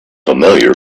familiar